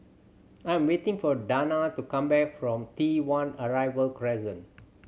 I'm waiting for Danna to come back from T One Arrival Crescent